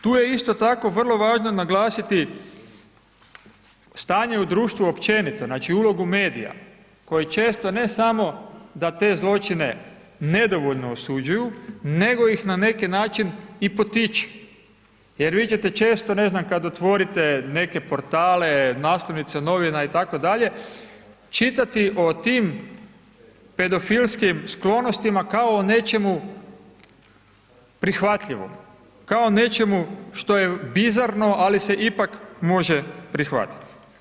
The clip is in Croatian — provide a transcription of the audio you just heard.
Tu je isto tako vrlo važno naglasiti stanje u društvu općenito, znači ulogu medija koji često ne samo da te zločine nedovoljno osuđuju nego ih na neki način i potiču, jer vi ćete često ne znam kad otvorite neke portale, naslovnice novina itd., čitati o tim pedofilskim sklonostima kao o nečemu prihvatljivom, kao o nečemu što je bizarno ali se ipak može prihvatiti.